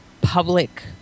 public